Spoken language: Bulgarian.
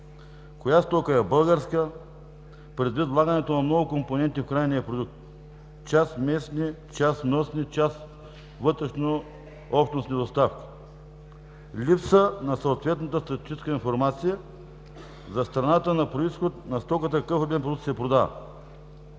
коя стока е българска предвид влагането на много компоненти в крайния продукт – част местни, част вносни, част вътрешнообщностни доставки; липса на съответна статистическа информация за страната за количеството на стоката – какъв обем продукт се продава.